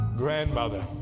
grandmother